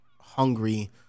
hungry